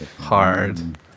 hard